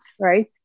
Right